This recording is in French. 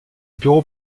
bureaux